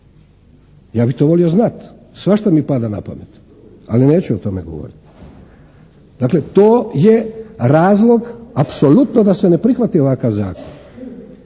Ja bi to volio znati. Svašta mi pada na pamet, ali neću o tome govoriti. Dakle to je razlog apsolutno da se ne prihvati ovakav zakon.